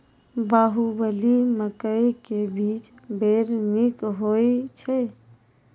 बाहुबली मकई के बीज बैर निक होई छै